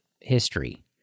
history